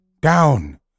Down